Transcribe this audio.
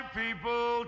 people